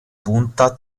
punta